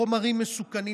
חומרים מסוכנים,